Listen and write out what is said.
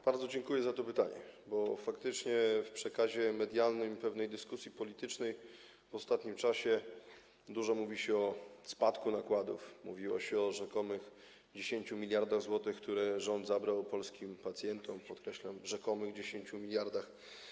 Bardzo dziękuję za to pytanie, bo faktycznie w przekazie medialnym i w dyskusji politycznej w ostatnim czasie dużo mówi się o spadku nakładów, o rzekomych 10 mld zł, które rząd zabrał polskim pacjentom - podkreślam, rzekomych 10 mld.